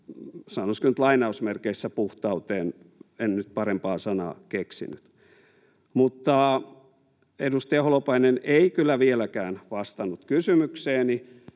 sanoisinko, ”puhtauteen” — en nyt parempaa sanaa keksinyt. Mutta edustaja Holopainen ei kyllä vieläkään vastannut kysymykseeni.